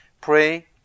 Pray